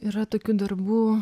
yra tokių darbų